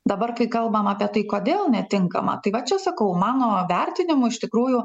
dabar kai kalbam apie tai kodėl netinkama tai va čia sakau mano vertinimu iš tikrųjų